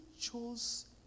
chose